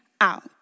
out